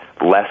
less